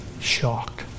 shocked